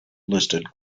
listed